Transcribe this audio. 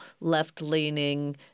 left-leaning –